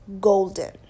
golden